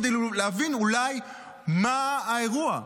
כדי להבין אולי מה האירוע.